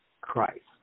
Christ